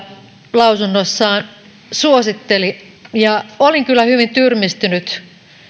lausunnossaan suositteli olin kyllä hyvin tyrmistynyt